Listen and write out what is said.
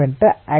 విద్యార్థి సర్